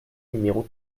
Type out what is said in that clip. numéro